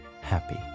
happy